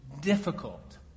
difficult